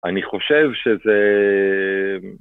אני חושב שזה...